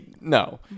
no